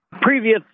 previous